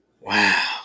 Wow